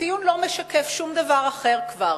הציון לא משקף שום דבר אחר כבר,